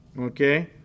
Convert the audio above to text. Okay